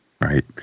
Right